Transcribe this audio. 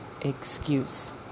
excuse